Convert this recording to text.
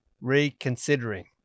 Reconsidering